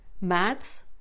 Maths